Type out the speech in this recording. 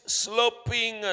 sloping